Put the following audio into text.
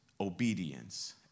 obedience